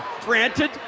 Granted